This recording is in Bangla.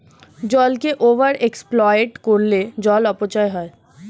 জলকে ওভার এক্সপ্লয়েট করলে জল অপচয় হয়